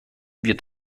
wir